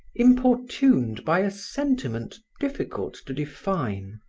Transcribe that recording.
importuned by a sentiment difficult to define.